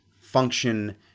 function